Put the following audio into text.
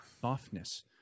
softness